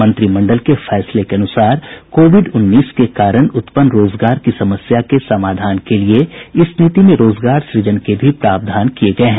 मंत्रिमंडल के फैसले के अनुसार कोविड उन्नीस के कारण उत्पन्न रोजगार की समस्या के समाधान के लिए इस नीति में रोजगार सृजन के भी प्रावधान किए गए हैं